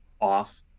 off